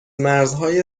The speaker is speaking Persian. مرزهای